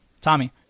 Tommy